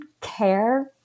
care